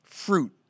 fruit